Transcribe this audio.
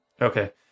Okay